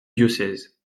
diocèse